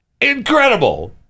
incredible